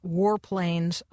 warplanes